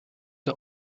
der